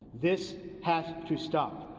this has to stop.